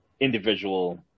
individual